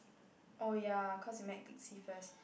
oh ya cause see first